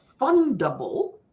fundable